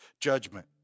judgment